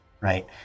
right